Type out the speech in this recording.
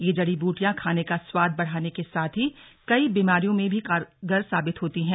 ये जड़ीबूटियां खाने का स्वाद बढ़ाने के साथ ही कई बीमारियों में भी कारगर साबित होती हैं